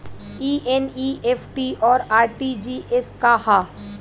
ई एन.ई.एफ.टी और आर.टी.जी.एस का ह?